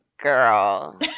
girl